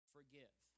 Forgive